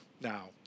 now